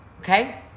okay